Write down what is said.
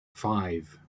five